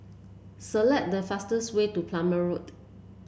select the fastest way to Palmer Road